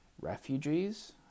Refugees